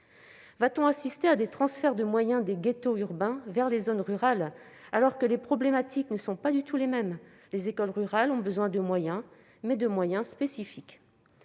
Va-t-on assister à des transferts de moyens des ghettos urbains vers les zones rurales, alors que les problématiques ne sont pas du tout les mêmes ? Les écoles rurales ont besoin de moyens, mais de moyens spécifiques.